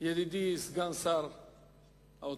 ידידי סגן שר האוצר,